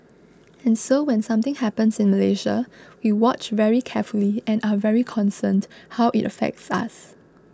and so when something happens in Malaysia we watch very carefully and are very concerned how it affects us